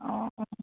অঁ